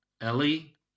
Ellie